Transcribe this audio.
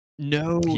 No